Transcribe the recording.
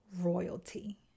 royalty